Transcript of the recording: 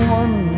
one